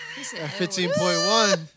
15.1